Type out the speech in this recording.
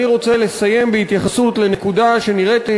אני רוצה לסיים בהתייחסות לנקודה שנראית לי